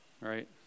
Right